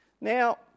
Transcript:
Now